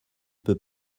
peut